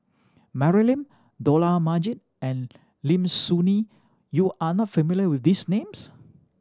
Mary Lim Dollah Majid and Lim Soo Ngee you are not familiar with these names